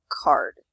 card